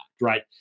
right